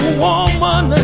woman